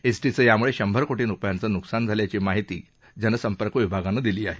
एसटीचं यामुळे शंभर कोटी रुपयांचं नुकसान झालं आहे अशी माहिती जनसंपर्क अधिका यानं दिली आहे